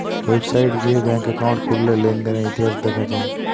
website গিয়ে bank account খুললে লেনদেনের ইতিহাস দেখা যায়